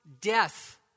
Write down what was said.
death